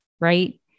right